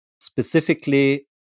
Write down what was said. specifically